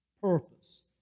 purpose